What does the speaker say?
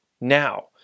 now